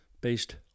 based